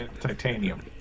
Titanium